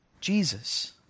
Jesus